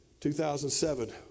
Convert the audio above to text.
2007